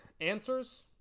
Answers